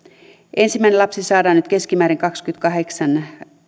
ensimmäinen lapsi saadaan nyt keskimäärin kaksikymmentäkahdeksan